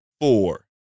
four